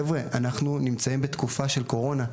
חבר'ה, אנחנו נמצאים בתקופה של קורונה,